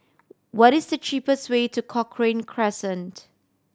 what is the cheapest way to Cochrane Crescent